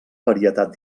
varietat